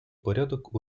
порядок